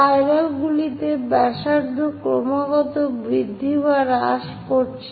spiral গুলিতে ব্যাসার্ধ ক্রমাগত বৃদ্ধি বা হ্রাস করছে